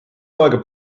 hooaega